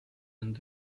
and